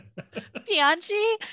Pianchi